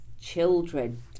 children